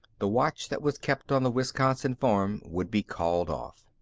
the watch that was kept on the wisconsin farm would be called off.